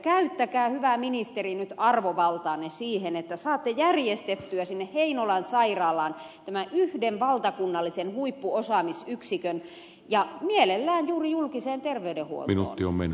käyttäkää hyvä ministeri nyt arvovaltaanne siihen että saatte järjestettyä sinne heinolan sairaalaan tämän yhden valtakunnallisen huippuosaamisyksikön ja mielellään juuri julkiseen terveydenhuoltoon